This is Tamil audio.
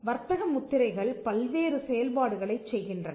வர்த்தக முத்திரைகள் பல்வேறு செயல்பாடுகளைச் செய்கின்றன